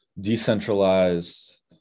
decentralized